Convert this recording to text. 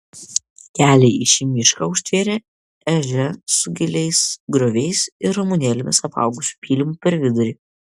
kelią į šį mišką užtvėrė ežia su giliais grioviais ir ramunėlėmis apaugusiu pylimu per vidurį